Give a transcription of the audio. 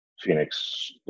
Phoenix